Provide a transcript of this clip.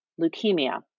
leukemia